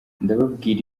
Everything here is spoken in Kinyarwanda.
ndababwira